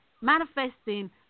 manifesting